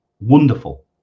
wonderful